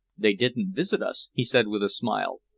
they didn't visit us, he said with a smile,